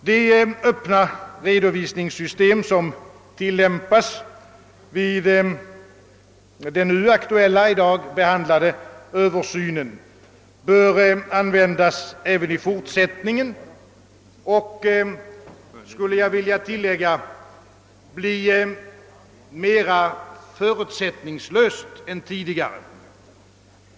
Det öppna redovisningssystem, som tillämpats vid den nu aktuella, i dag behandlade översynen, bör användas även i fortsättningen och, skulle jag vilja tillägga, bli mera förutsättningslöst än tidigare.